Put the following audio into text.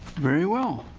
very well.